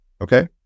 okay